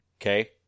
okay